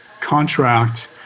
contract